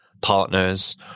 partners